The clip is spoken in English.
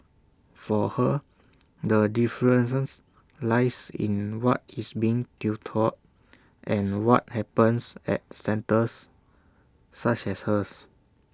for her the difference lies in what is being tutored and what happens at centres such as hers